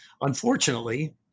unfortunately